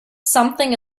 something